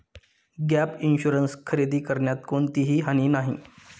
gap insurance खरेदी करण्यात कोणतीही हानी नाही